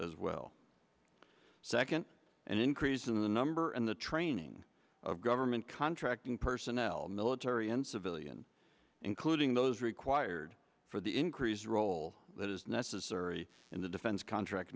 as well second an increase in the number and the training of government contracting personnel military and civilian including those required for the increased role that is necessary in the defense contract